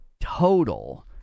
total